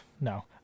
No